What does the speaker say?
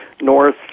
north